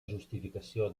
justificació